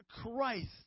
christ